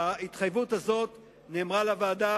ההתחייבות הזאת נאמרה לוועדה,